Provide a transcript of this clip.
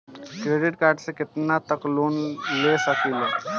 Credit card से कितना तक लोन ले सकईल?